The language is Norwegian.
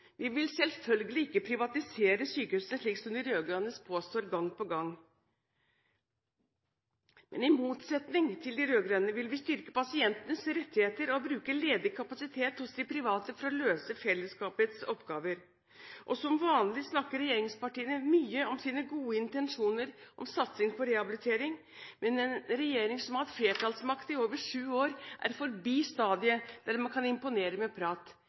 Vi vil selvfølgelig ikke privatisere sykehusene, slik de rød-grønne påstår gang på gang, men i motsetning til de rød-grønne vil vi styrke pasientenes rettigheter og bruke ledig kapasitet hos de private for å løse fellesskapets oppgaver. Som vanlig snakker regjeringspartiene mye om sine gode intensjoner om satsing på rehabilitering, men en regjering som har hatt flertallsmakt i over sju år, er forbi det stadiet der man kan imponere med prat.